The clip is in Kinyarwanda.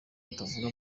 atavuga